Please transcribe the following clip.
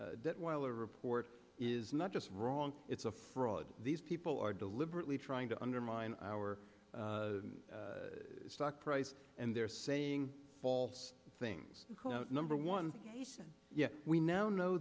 t while a report is not just wrong it's a fraud these people are deliberately trying to undermine our stock price and they're saying false things number one and yet we now know